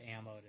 ammo